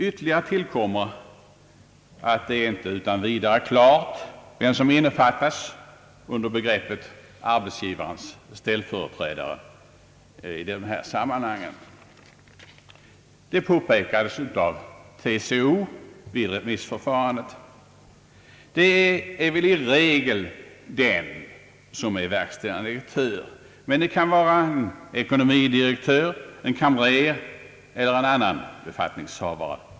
Ytterligare tillkommer att det inte utan vidare är klart vem som innefattas under begreppet arbetsgivarens ställföreträdare i de här sammanhangen. Vid remissförfarandet påpekades det av TCO. I regel är det väl verkställande direktören, men det kan också vara en ekonomidirektör, en kamrer eller en annan befattningshavare.